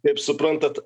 kaip suprantat